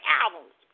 albums